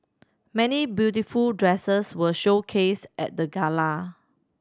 many beautiful dresses were showcased at the gala